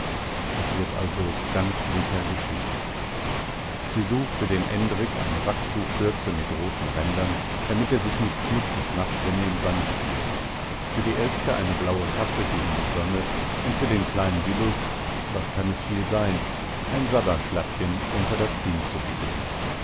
es wird also ganz sicher geschehen sie sucht für den endrik eine wachstuchschürze mit roten rändern damit er sich nicht schmutzig macht wenn er im sand spielt für die elske eine blaue kappe gegen die sonne und für den kleinen willus was kann es viel sein ein sabberschlabbchen unter das kinn zu binden